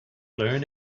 learn